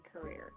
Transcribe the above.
career